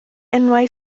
enwau